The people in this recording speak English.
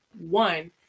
one